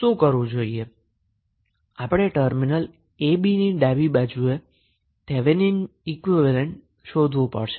આપણે terminal ab ની ડાબી બાજુએ થેવેનિનને ઈક્વીવેલેન્ટ શોધવું પડશે